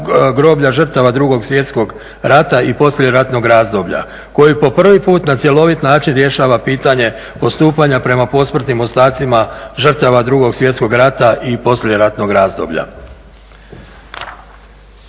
groblja žrtava Drugog svjetskog rata i poslijeratnog razdoblja koji po prvi put na cjelovit način rješava pitanje postupanja prema posmrtnim ostacima žrtava Drugog svjetskog rata i poslijeratnog razdoblja.